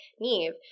Neve